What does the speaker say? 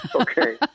Okay